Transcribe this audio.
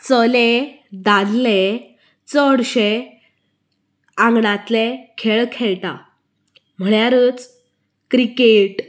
चले दादले चडशे आंगणांतले खेळ खेळटात म्हणल्यारच क्रिकेट